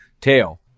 tail